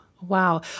Wow